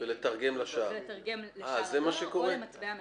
ולתרגם לשער או למטבע מקומי.